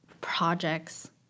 projects